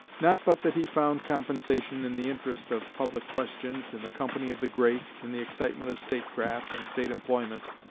not but that he found compensation in the interest of public questions, in the company of the great, in the excitement of state-craft and state employment,